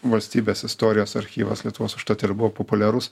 valstybės istorijos archyvas lietuvos užtat ir buvo populiarus